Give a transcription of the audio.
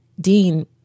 Dean